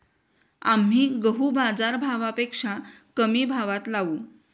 आम्ही गहू बाजारभावापेक्षा कमी भावात लावू